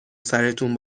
سرتون